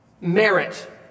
merit